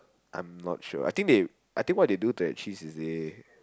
I'm not sure I think they I think what they do that cheese is they